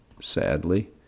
Sadly